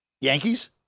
Yankees